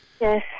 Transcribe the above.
Yes